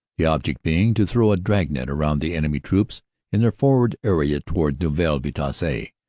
the object being to throw a drag-net round the enemy troops in their forward area towards neuville vitasse.